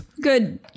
Good